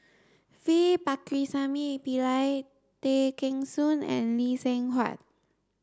V Pakirisamy Pillai Tay Kheng Soon and Lee Seng Huat